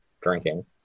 drinking